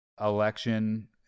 election